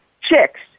chicks